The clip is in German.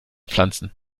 pflanzen